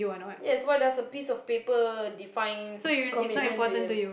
yes why does a piece of paper define commitment to you